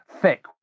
Thick